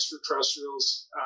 extraterrestrials